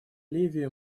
ливия